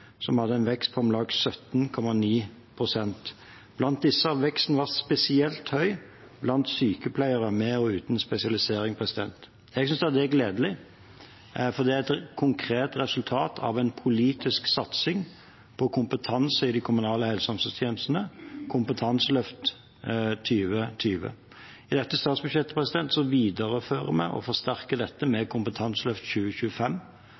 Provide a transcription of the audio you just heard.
en vekst på om lag 17,9 pst. Blant disse har veksten vært spesielt høy blant sykepleiere med og uten spesialisering. Jeg synes det er gledelig, for det er et konkret resultat av en politisk satsing på kompetanse i de kommunale helse- og omsorgstjenestene, Kompetanseløft 2020. I dette statsbudsjettet viderefører og forsterker vi dette med Kompetanseløft 2025,